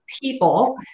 people